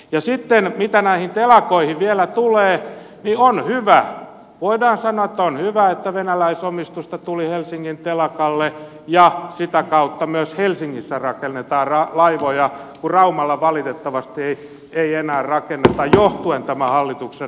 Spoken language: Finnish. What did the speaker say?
ja sitten mitä näihin telakoihin vielä tulee niin on hyvä voidaan sanoa että on hyvä että venäläisomistusta tuli helsingin telakalle ja sitä kautta myös helsingissä rakennetaan laivoja kun raumalla valitettavasti ei enää rakenneta johtuen tämän hallituksen toimista